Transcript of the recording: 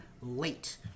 late